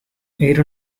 era